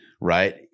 right